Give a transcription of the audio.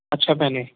ਅੱਛਾ ਭੈਣੇ